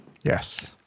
Yes